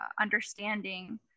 understanding